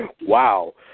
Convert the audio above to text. wow